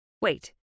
Wait